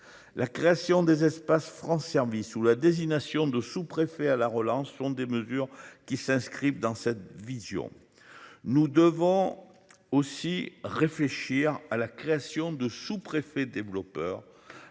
La création des espaces France-Serbie sous la désignation de sous-préfet à la relance, sont des mesures qui s'inscrivent dans cette vision, nous devons aussi réfléchir à la création de sous-préfets développeurs